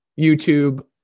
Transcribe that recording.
youtube